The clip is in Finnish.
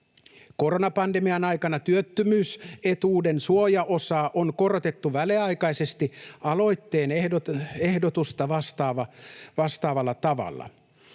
Koronapandemian aikana työttömyysetuuden suojaosaa on korotettu väliaikaisesti aloitteen ehdotusta vastaavalla tavalla.